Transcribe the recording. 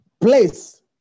place